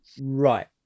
Right